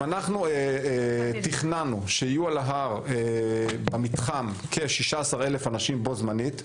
אם תכננו שיהיו על ההר במתחם כ-16,000 אנשים בו-זמנית,